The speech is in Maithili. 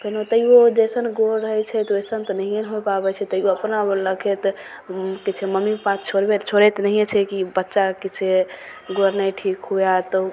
फेन ओतहियो जइसन गोड़ रहय छै तऽ ओइसन तऽ नहिये हो पाबय छै तइयो अपना लेखे तऽ किछु मम्मी पापा तऽ छोड़बे छोड़ैत तऽ नहिये छै कि बच्चा किछु गोड़ नहि ठीक हुए तऽ